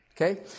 Okay